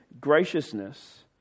graciousness